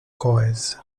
corrèze